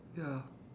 ya